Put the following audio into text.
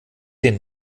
den